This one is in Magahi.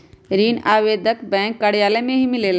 ऋण आवेदन बैंक कार्यालय मे ही मिलेला?